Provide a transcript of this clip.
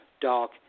dark